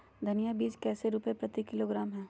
धनिया बीज कैसे रुपए प्रति किलोग्राम है?